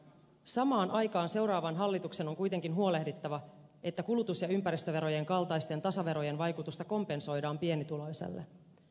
samaan aikaan seuraavan hallituksen on kuitenkin huolehdittava että kulutus ja ympäristöverojen kaltaisten tasaverojen vaikutusta kompensoidaan pienituloisille